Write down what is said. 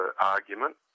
argument